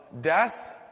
death